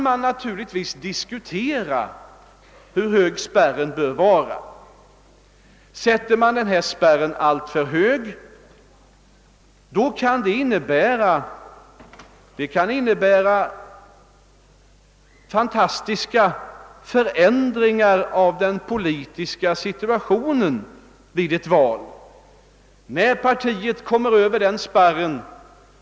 Men naturligtvis kan man diskutera var den spärren skall sättas. Om den sättes alltför högt kan det innebära mycket stora förändringar i den politiska situationen vid ett val, när ett parti kommer över den spärren.